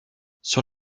sur